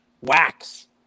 wax